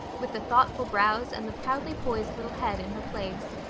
with the thoughtful brows and the proudly poised little head, in her place.